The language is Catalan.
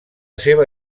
seva